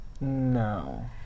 no